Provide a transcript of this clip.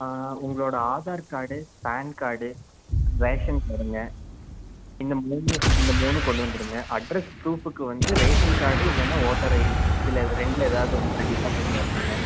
ஆ ஆ உங்களோட Aadhaar card PAN card ration கார்டுங்க இந்த மூணு இந்த மூணும் கொண்டு வந்துடுங்க அட்ரஸ் புரூஃபுக்கு வந்து ரேஷன் கார்டு இல்லைனா ஓட்டர் ஐடி இதில் இந்த ரெண்டில் ஏதாவது ஒன்று கண்டிப்பாக கொண்டு வரணும்ங்க